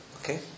Okay